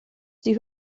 sie